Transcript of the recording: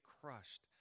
crushed